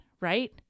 right